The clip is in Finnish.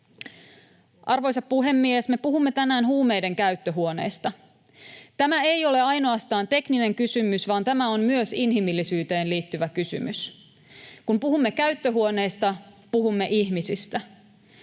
Arvoisa puhemies! Me puhumme tänään huumeiden käyttöhuoneista. Tämä ei ole ainoastaan tekninen kysymys, vaan tämä on myös inhimillisyyteen liittyvä kysymys. Kun puhumme käyttöhuoneista, puhumme ihmisistä.